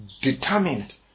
determined